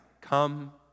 Come